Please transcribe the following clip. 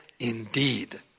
Indeed